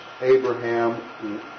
Abraham